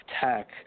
tech